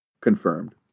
Confirmed